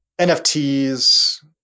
NFTs